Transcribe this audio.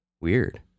Weird